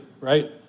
right